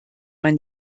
man